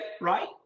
right